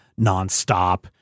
nonstop